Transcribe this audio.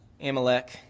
Amalek